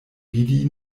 vidi